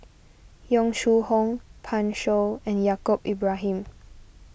Yong Shu Hoong Pan Shou and Yaacob Ibrahim